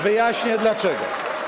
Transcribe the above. Wyjaśnię dlaczego.